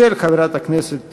של חברת הכנסת,